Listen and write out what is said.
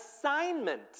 assignment